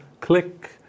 click